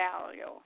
value